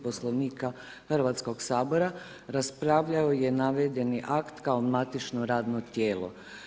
Poslovnika Hrvatskog sabora raspravljao je navedeni akt kao matično radno tijelo.